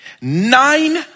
Nine